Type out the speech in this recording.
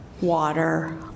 water